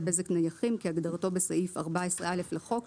בזק נייחים" כהגדרתו בסעיף 14א לחוק,